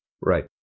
Right